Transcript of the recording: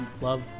love